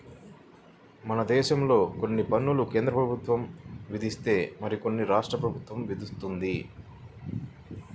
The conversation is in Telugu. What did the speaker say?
మనదేశంలో కొన్ని పన్నులు కేంద్రప్రభుత్వం విధిస్తే మరికొన్ని రాష్ట్ర ప్రభుత్వం విధిత్తది